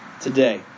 today